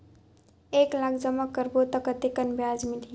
एक लाख जमा करबो त कतेकन ब्याज मिलही?